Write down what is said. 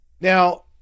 Now